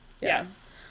Yes